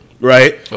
right